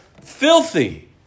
filthy